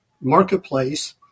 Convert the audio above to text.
Marketplace